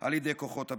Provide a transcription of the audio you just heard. על ידי כוחות הביטחון.